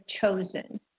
chosen